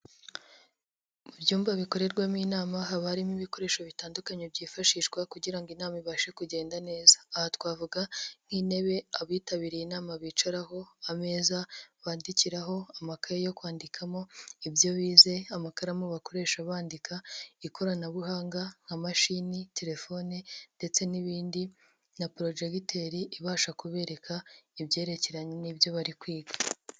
Mu byumba bikorerwamo inama, haba harimo ibikoresho bitandukanye byifashishwa kugira inama ibashe kugenda neza, aha twavuga nk'intebe, abitabiriye inama bicaraho, ameza bandikiraho, amakaye yo kwandikamo ibyo bize, amakaramu bakoresha bandika, ikoranabuhanga nka mashini, telefone ndetse n'ibindi na porojegiteri ibasha kubereka ibyerekeranye n'ibyo bari kwiga.